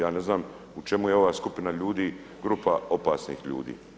Ja ne znam u čemu je ova skupina ljudi grupa opasnih ljudi.